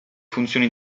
funzioni